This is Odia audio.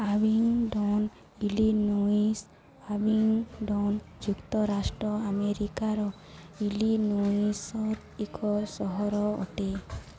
ଆବିଙ୍ଗଡ଼ନ୍ ଇଲିନୋଇସ୍ ଆବିଙ୍ଗଡ଼ନ୍ ଯୁକ୍ତରାଷ୍ଟ୍ର ଆମେରିକାର ଇଲିନୋଇସ୍ ଏକ ସହର ଅଟେ